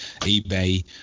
eBay